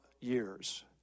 years